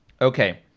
Okay